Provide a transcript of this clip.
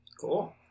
Cool